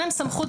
נכון.